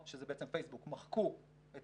שזה בעצם פייסבוק, מחקו את